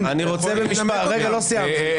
רגע, אל סיימתי.